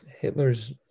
Hitler's